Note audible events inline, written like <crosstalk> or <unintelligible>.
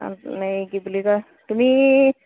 <unintelligible> হেৰি কি বুলি কয় তুমি